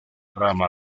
rama